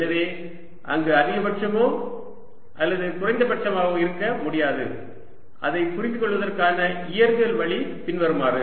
எனவே அங்கு அதிகபட்சமாகவோ அல்லது குறைந்தபட்சமாகவோ இருக்க முடியாது இதைப் புரிந்துகொள்வதற்கான இயற்பியல் வழி பின்வருமாறு